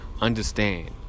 Understand